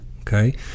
Okay